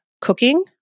cooking